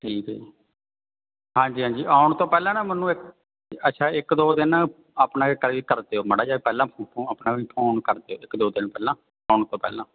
ਠੀਕ ਹੈ ਜੀ ਹਾਂਜੀ ਹਾਂਜੀ ਆਉਣ ਤੋਂ ਪਹਿਲਾਂ ਨਾ ਮੈਨੂੰ ਇੱਕ ਅੱਛਾ ਇੱਕ ਦੋ ਦਿਨ ਆਪਣਾ ਕਰ ਕਰ ਦਿਓ ਮਾੜਾ ਜਿਹਾ ਪਹਿਲਾਂ ਫੋ ਆਪਣਾ ਵੀ ਫੋਨ ਕਰਦੇ ਇੱਕ ਦੋ ਦਿਨ ਪਹਿਲਾਂ ਆਉਣ ਤੋਂ ਪਹਿਲਾਂ